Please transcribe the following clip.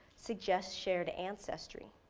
suggest shared ancestry.